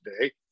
today